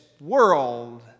world